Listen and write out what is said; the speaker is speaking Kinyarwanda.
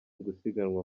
gusiganwa